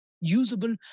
usable